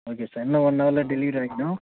okay sir இன்னும் one ஹவரில் delivery ஆகிவிடும்